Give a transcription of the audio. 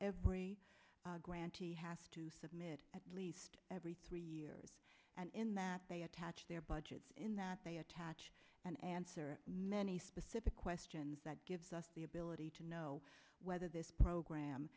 that grantee has to submit at least every three years and in that they attach their budgets in that they attach an answer many specific questions that gives us the ability to know whether this program